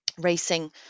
Racing